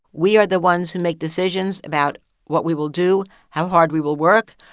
we are the ones who make decisions about what we will do, how hard we will work,